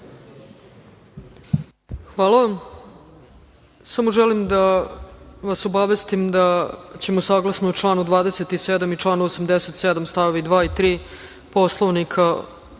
Hvala vam. Samo želim da vas obavestim da ćemo saglasno članu 27. i članu 87. stav 2. i 3. Poslovnika,